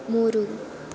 ಮೂರು